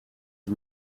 het